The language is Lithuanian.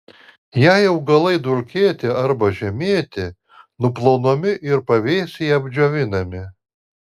jei augalai dulkėti arba žemėti nuplaunami ir pavėsyje apdžiovinami